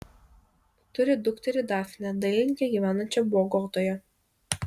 turi dukterį dafnę dailininkę gyvenančią bogotoje